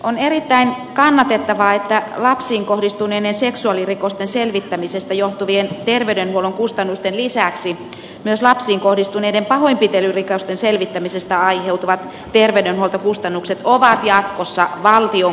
on erittäin kannatettavaa että lapsiin kohdistuneiden seksuaalirikosten selvittämisestä johtuvien terveydenhuollon kustannusten lisäksi myös lapsiin kohdistuneiden pahoinpitelyrikosten selvittämisestä aiheutuvat terveydenhuoltokustannukset ovat jatkossa valtion korvattavia